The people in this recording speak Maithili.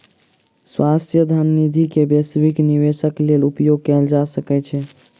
स्वायत्त धन निधि के वैश्विक निवेशक लेल उपयोग कयल जा सकै छै